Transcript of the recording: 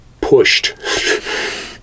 pushed